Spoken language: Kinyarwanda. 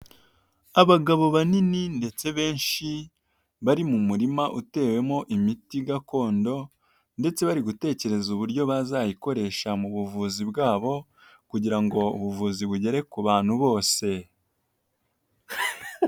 Abagabo banini ndetse benshi bari mu murima utewemo imiti gakondo ndetse bari gutekereza uburyo bazayikoresha mu buvuzi bwabo kugira ngo ubuvuzi bugere ku bantu bose.